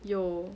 有